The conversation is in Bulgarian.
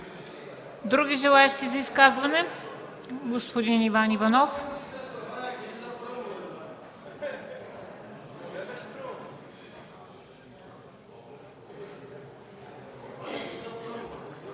Други желаещи за изказване? Господин Иван Иванов.